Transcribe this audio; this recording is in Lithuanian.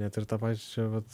net ir tą pačią vat